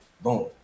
boom